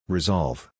Resolve